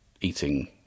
eating